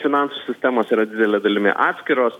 finansų sistemos yra didele dalimi atskiros